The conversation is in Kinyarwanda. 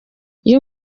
iyo